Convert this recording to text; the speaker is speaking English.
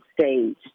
stage